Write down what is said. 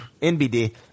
NBD